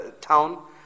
town